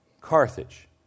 Carthage